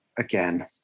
Again